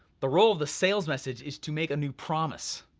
the role of the sales message is to make a new promise,